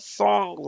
song